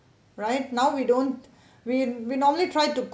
right now we don't we we normally tried to